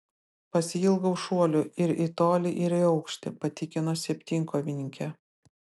pasiilgau šuolių ir į tolį ir į aukštį patikino septynkovininkė